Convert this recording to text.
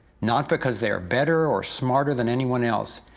not because they are better or smarter than anyone else,